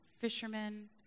fishermen